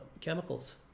chemicals